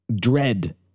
dread